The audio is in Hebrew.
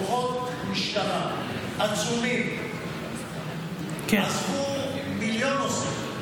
כוחות משטרה עצומים עזבו מיליון נושאים,